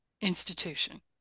institution